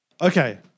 Okay